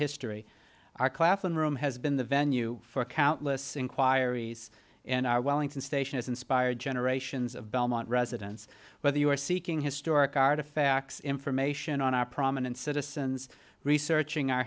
history our claflin room has been the venue for countless inquiries and our wellington station has inspired generations of belmont residents whether you are seeking historic artifacts information on our prominent citizens researching our